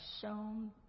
shown